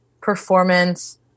performance